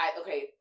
Okay